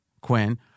Quinn